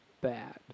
bad